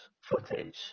footage